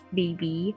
baby